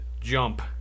jump